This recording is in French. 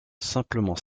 simplement